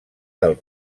del